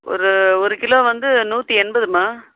ஒரு ஒரு கிலோ வந்து நூற்றி எண்பதும்மா